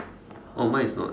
oh mine is not